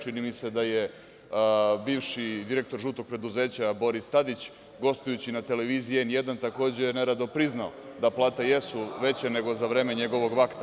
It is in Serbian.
Čini mi se da je bivši direktor žutog preduzeća Boris Tadić, gostujući na televiziji „N1“, takođe nerado priznao da plate jesu veće nego za vreme njegovog vakta.